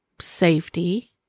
safety